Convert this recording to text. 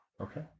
okay